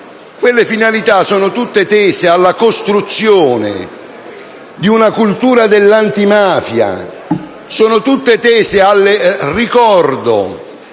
quelle finalità sono tutte tese alla costruzione di una cultura dell'antimafia, sono tutte tese al ricordo